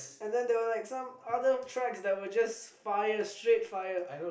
and then there were like some other tracks that were just fire straight fire